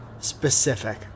specific